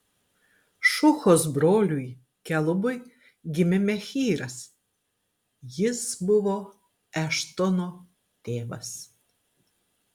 šuhos broliui kelubui gimė mehyras jis buvo eštono tėvas